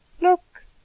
Look